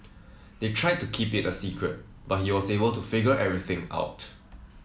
they tried to keep it a secret but he was able to figure everything out